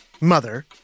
mother